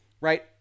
right